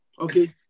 okay